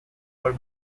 for